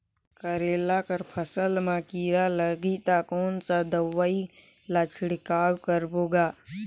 करेला कर फसल मा कीरा लगही ता कौन सा दवाई ला छिड़काव करबो गा?